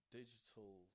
digital